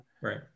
right